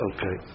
Okay